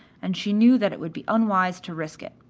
and she knew that it would be unwise to risk it.